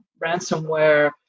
ransomware